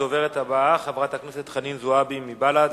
הדוברת הבאה, חברת הכנסת חנין זועבי מבל"ד.